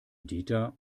dieter